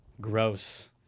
Gross